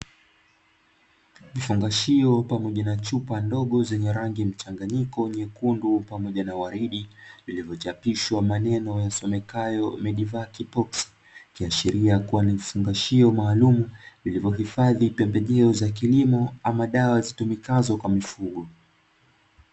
Vifungashio pamoja na chupa ndogo zenye rangi mchanganyiko nyekundu pamoja na waridi, vilivyochapishwa maneno yasomekayo "MEDIVAC POX", ikiashiria kuwa ni vifungashio maalumu vilivyohifadhi pembejeo za kilimo ama dawa zitumikazo kwa mifugo.